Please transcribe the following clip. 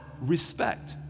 Respect